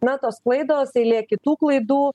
na tos klaidos eilė kitų klaidų